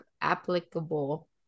applicable